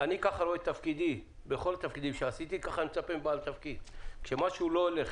את תפקידי בכל תפקיד שעשיתי וכך אני מצפה מכל בעל תפקיד: כשמשהו לא הולך